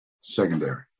Secondary